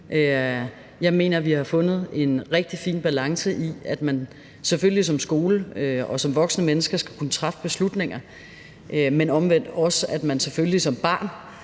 Jeg mener, vi har fundet en rigtig fin balance i, at man selvfølgelig som skole og som voksent menneske skal kunne træffe beslutninger, men omvendt at man selvfølgelig også som barn